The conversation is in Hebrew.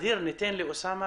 חבר הכנסת אוסאמה